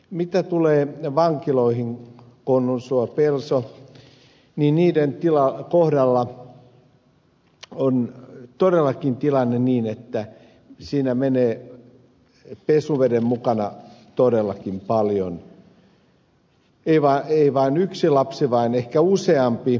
mitä tulee vankiloihin konnunsuo pelso niin niiden kohdalla on todellakin tilanne se että siinä menee pesuveden mukana todellakin paljon ei vain yksi lapsi vaan ehkä useampi